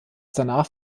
danach